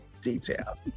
detail